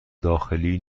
داخلی